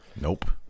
Nope